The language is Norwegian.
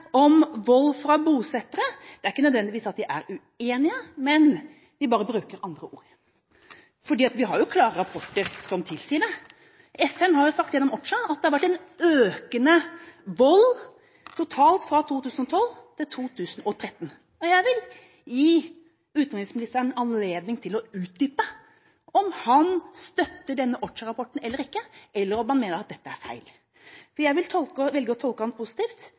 om vold fra bosettere, er ikke nødvendigvis at de er uenige, men de bruker bare andre ord. For vi har jo klare rapporter som tilsier det. FN har sagt gjennom OCHA at det har vært en økende vold totalt fra 2012 til 2013. Jeg vil gi utenriksministeren anledning til å utdype om han støtter denne OCHA-rapporten eller ikke – om han mener at dette er feil. Jeg vil velge å tolke ham positivt, nemlig at han